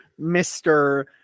Mr